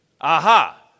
Aha